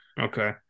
Okay